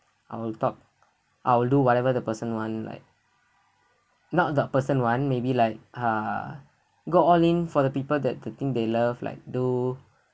I will talk I'll do whatever the person want like not the person want maybe like ah go all in for the people that the thing they love like do